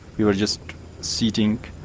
we were just sitting.